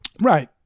right